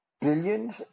Billions